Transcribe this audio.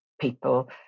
people